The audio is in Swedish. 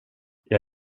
jag